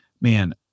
man